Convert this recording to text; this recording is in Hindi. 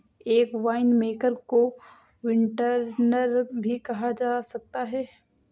एक वाइनमेकर को विंटनर भी कहा जा सकता है